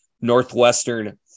Northwestern